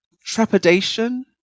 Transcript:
trepidation